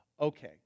Okay